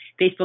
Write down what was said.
Facebook